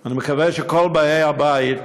אני מקווה שכל באי הבית,